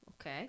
Okay